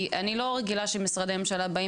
כי אני לא רגילה שמשרדי ממשלה באים